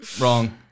Wrong